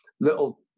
little